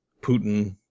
Putin